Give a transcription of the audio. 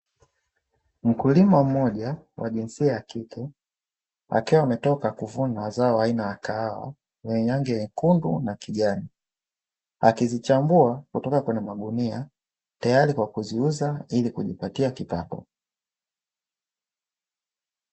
Mkulima mmoja, wa jinsia ya kike, akiwa ametoka kuvuna zao aina ya kahawa, lenye rangi nyekundu na kijani akizichambua kutoka kwenye magunia, tayari kwa kuziuza ili kujipatia kipato.